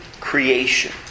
creation